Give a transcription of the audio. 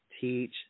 teach